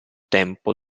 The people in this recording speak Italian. tempo